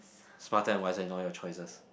smarter and wiser than all your choices